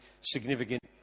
significant